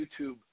YouTube